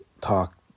talk